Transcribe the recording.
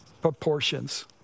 proportions